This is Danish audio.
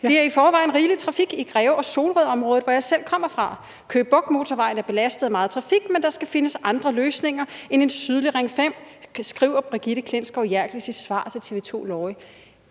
Der er i forvejen rigelig trafik i Greve og Solrød området, hvor jeg selv kommer fra. Køge Bugt motorvejen er belastet af meget trafik, men der skal findes andre løsninger end en sydlig Ring 5.« Det siger fru Brigitte Klintskov Jerkel i sit svar til TV 2/Lorry.